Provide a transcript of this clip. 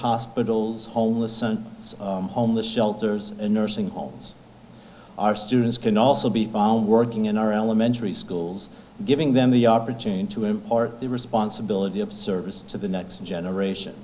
hospitals homeless and homeless shelters and nursing homes our students can also be working in our elementary schools giving them the opportunity to impart the responsibility of service to the next generation